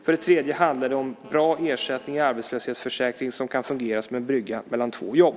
För det tredje handlar det om bra ersättning i arbetslöshetsförsäkringen som kan fungera som en brygga mellan två jobb.